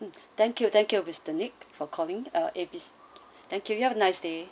thank you thank you mister nick for calling uh A B thank you you have a nice day